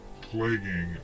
plaguing